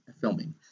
filming